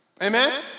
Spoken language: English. Amen